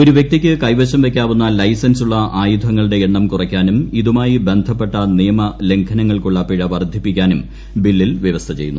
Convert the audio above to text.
ഒരു വ്യക്തിക്ക് കൈവശം വയ്ക്കാവുന്ന ലൈസൻസുള്ള ആയുധങ്ങളുടെ എണ്ണം കുറയ്ക്കാനും ഇതുമായി ബന്ധപ്പെട്ട നിയമ ലംഘനങ്ങൾക്കുള്ളൂ പിഴ വർദ്ധിപ്പിക്കാനും ബില്ലിൽ വ്യവസ്ഥ ചെയ്യുന്നു